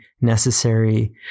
necessary